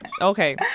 okay